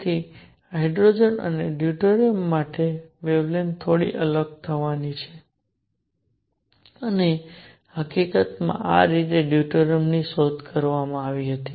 તેથી હાઇડ્રોજન અને ડ્યુટેરિયમ માટેની વેવલેન્થ થોડી અલગ થવાની છે અને હકીકતમાં આ રીતે ડ્યુટેરિયમની શોધ કરવામાં આવી હતી